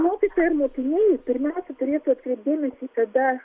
mokytojai ir mokiniai pirmiausia turėtų atkreipti dėmesį tada